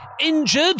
injured